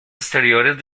exteriores